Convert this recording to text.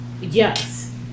Yes